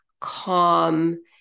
calm